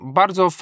bardzo